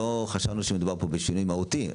לא חשבנו שמדובר פה בשינוי מהותי,